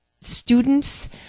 students